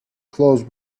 close